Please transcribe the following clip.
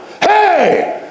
Hey